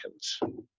seconds